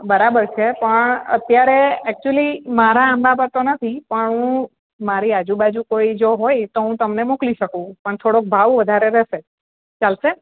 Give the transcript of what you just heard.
બરાબર છે પણ અત્યારે એકચુલી મારા આંબા પર તો નથી પણ હું મારી આજુબાજુ કોઈ જો હોય તો હું તમને મોકલી શકું પણ થોડોક ભાવ વધારે રહેશે ચાલશે